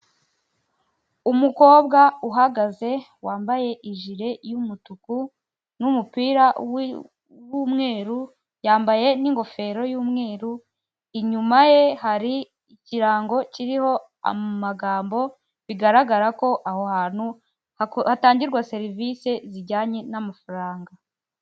Umukobwa uhagaze wambaye ijire y'umutuku n'umupira w'umweru yambaye n'ingofero y'umweru; inyuma ye hari ikirango kiriho amagambo bigaragara ko aho hantu hatangirwa serivisi zijyanye n'amafaranga.